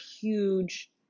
huge